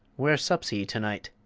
where sups he to-night?